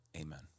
Amen